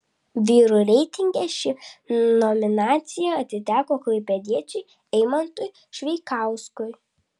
vyrų reitinge ši nominacija atiteko klaipėdiečiui eimantui šveikauskui